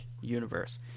universe